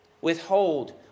Withhold